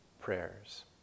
prayers